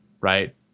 right